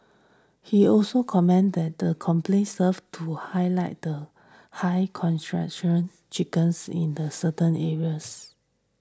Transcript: he also commented that the complaints served to highlight the high chickens in the certain areas